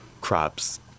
crops